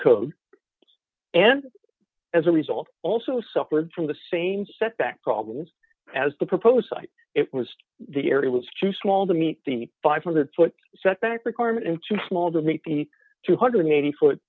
code and as a result also suffered from the same setback problems as the proposed site it was the area was too small to meet the five hundred dollars foot setback requirement in too small to meet the two hundred and eighty